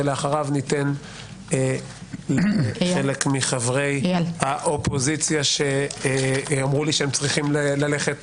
ולאחריו ניתן לחלק מהאופוזיציה שאמרו לי שהם צריכים ללכת מוקדם,